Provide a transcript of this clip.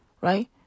right